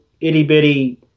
itty-bitty